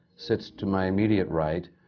sits to my immediate right,